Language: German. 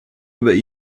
über